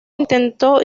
intentó